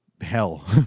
hell